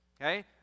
okay